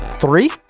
three